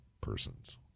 persons